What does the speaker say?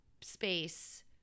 space